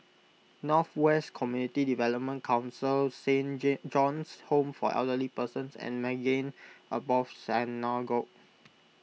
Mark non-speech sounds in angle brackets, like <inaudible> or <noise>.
North West Community Development Council Saint <unintelligible> John's Home for Elderly Persons and Maghain Aboth Synagogue